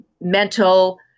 mental